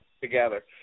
together